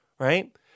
Right